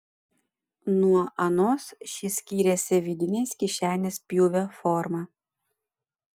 nuo anos ši skyrėsi vidinės kišenės pjūvio forma